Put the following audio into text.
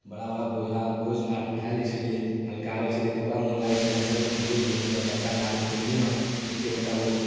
बड़ा बड़ा बोझा बोझ नारके उठा लै छलिए हल्का होइ छलै तऽ बड़ा मोन लागै छलै सबके कहिए जे हमहूँ आइ बड़का नार उठेलिए हँ एतेक बड़का बोझ